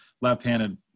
left-handed